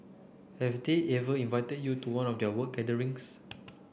have they ever invited you to one of their work gatherings